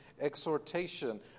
exhortation